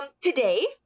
today